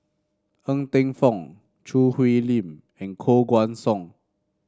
Ng Teng Fong Choo Hwee Lim and Koh Guan Song